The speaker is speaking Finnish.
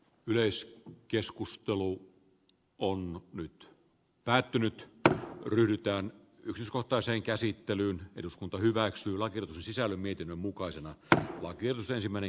yleis keskustelulla on nyt päättynyt että pyrikään uskota sen käsittelyyn eduskunta hyväksyy lakiin sisälly mietinnön mukaisena että oikeus ensimmäinen